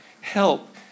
help